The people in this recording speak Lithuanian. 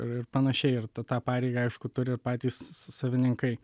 ir panašiai ir tą tą pareigą aišku turi ir patys savininkai